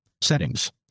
Settings